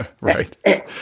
Right